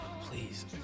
Please